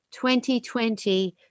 2020